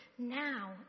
Now